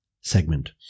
segment